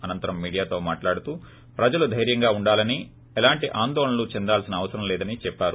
అనంతరం మీడియాతో మాట్లాడుతూ ప్రజలు దైర్యంగా ఉండాలని ఎలాంటి ఆందోళనలు చెందాల్సిన అవసరం లేదని చెప్పారు